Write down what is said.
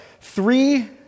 Three